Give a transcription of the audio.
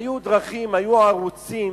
היו דרכים, היו ערוצים,